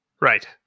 Right